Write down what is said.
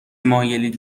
مایلید